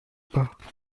pas